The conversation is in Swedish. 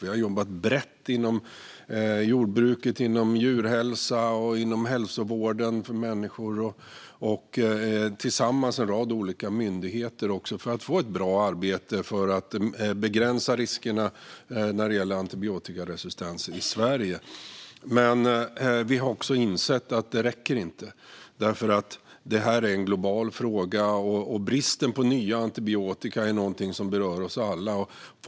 Vi har jobbat brett inom jordbruket, djurhälsan och hälsovården för människor tillsammans med en rad olika myndigheter för att få ett bra arbete för att begränsa riskerna när det gäller antibiotikaresistens i Sverige, men vi har insett att det inte räcker. Detta är en global fråga, och bristen på ny antibiotika är något som berör oss alla.